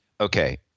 Okay